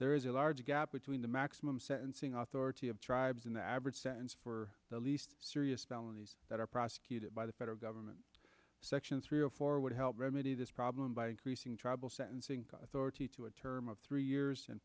there is a large gap between the maximum sentencing auth or to have tribes in the average sentence for the least serious felonies that are prosecuted by the federal government section three or four would help remedy this problem by increasing tribal sentencing thirty two a term of three